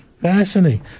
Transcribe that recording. Fascinating